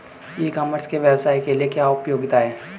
ई commerce के व्यवसाय के लिए क्या उपयोगिता है?